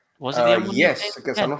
Yes